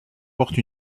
porte